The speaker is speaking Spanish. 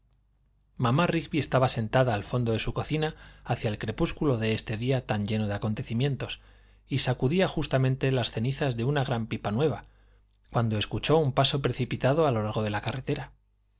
mamá rigby estaba sentada al fondo de su cocina hacia el crepúsculo de este día tan lleno de acontecimientos y sacudía justamente las cenizas de una pipa nueva cuando escuchó un paso precipitado a lo largo de la carretera